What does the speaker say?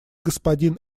господин